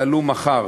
יעלו מחר,